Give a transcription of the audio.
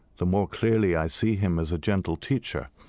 the more clearly i see him as a gentle teacher,